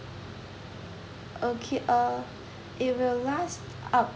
okay uh it will last up